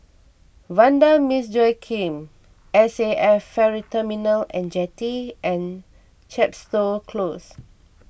Vanda Miss Joaquim S A F Ferry Terminal and Jetty and Chepstow Close